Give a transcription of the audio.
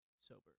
sober